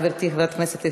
גברתי חברת הכנסת,